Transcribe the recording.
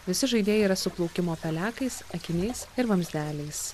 visi žaidėjai yra su plaukimo pelekais akiniais ir vamzdeliais